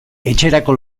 etxerako